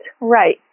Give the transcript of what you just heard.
Right